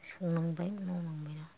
संनांबाय मावनांबायना